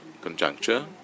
conjuncture